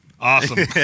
Awesome